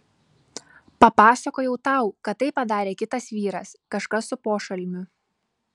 papasakojau tau kad tai padarė kitas vyras kažkas su pošalmiu